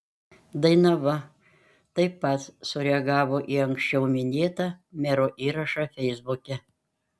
dainava taip pat sureagavo į anksčiau minėtą mero įrašą feisbuke